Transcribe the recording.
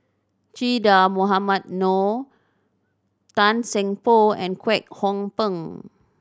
Che Dah Mohamed Noor Tan Seng Poh and Kwek Hong Png